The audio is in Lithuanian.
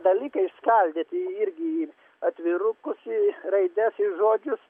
dalykai skaldyti irgi atvirukus į raides žodžius